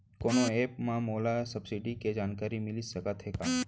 कोनो एप मा मोला सब्सिडी के जानकारी मिलिस सकत हे का?